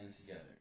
together